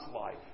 life